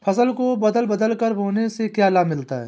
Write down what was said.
फसल को बदल बदल कर बोने से क्या लाभ मिलता है?